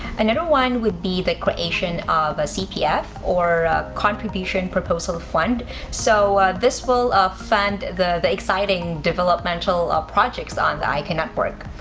another one would be the creation of a cpf or contribution proposal fund so this will ah fund the the exciting developmental projects on the icon network.